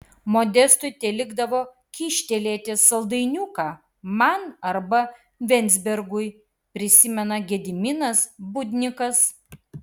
modestui telikdavo kyštelėti saldainiuką man arba venzbergui prisimena gediminas budnikas